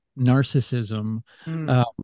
narcissism